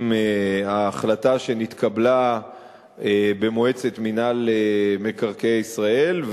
ההחלטה שנתקבלה במועצת מינהל מקרקעי ישראל,